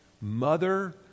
Mother